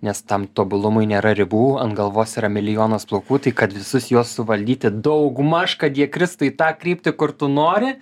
nes tam tobulumui nėra ribų ant galvos yra milijonas plaukų tai kad visus juos suvaldyti daugmaž kad jie kris tai į tą kryptį kur tu nori